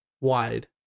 wide